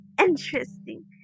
interesting